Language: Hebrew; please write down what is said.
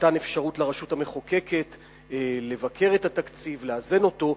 מתן אפשרות לרשות המחוקקת לבקר את התקציב ולאזן אותו,